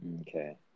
Okay